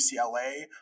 UCLA